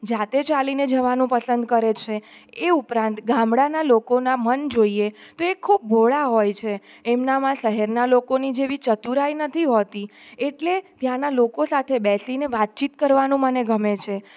જાતે ચાલીને જવાનું પસંદ કરે છે એ ઉપરાંત ગામડાનાં લોકોનાં મન જોઈએ તો એ ખૂબ ભોળાં હોય છે એમનામાં શહેરનાં લોકોની જેવી ચતુરાઈ નથી હોતી એટલે ત્યાંના લોકો સાથે બેસીને વાતચીત કરવાનું મને ગમે છે